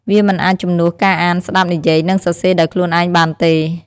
វាមិនអាចជំនួសការអាន ស្ដាប់ និយាយ និងសរសេរដោយខ្លួនឯងបានទេ។